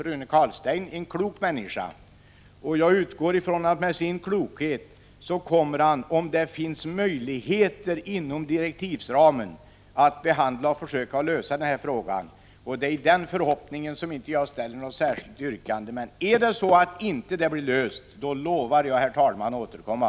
Han är en klok människa, och jag utgår från att han med sin klokhet kommer att behandla och försöka lösa den här frågan, om det finns möjligheter inom direktivsramen. Det är i den förhoppningen som jag inte ställer något särskilt yrkande. Men om problemet inte blir löst, då lovar jag, herr talman, att återkomma.